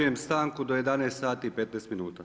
stanku do 11 sati i 15 minuta.